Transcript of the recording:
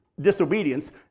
disobedience